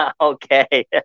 Okay